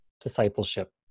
discipleship